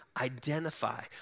identify